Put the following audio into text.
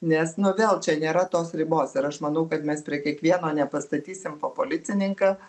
nes nu vėl čia nėra tos ribos ir aš manau kad mes prie kiekvieno nepastatysim po policininką